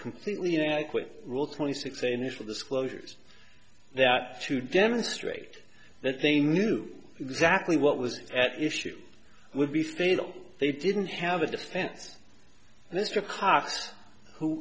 completely inadequate rule twenty six the initial disclosures that to demonstrate that they knew exactly what was at issue would be fatal they didn't have a defense minister cox who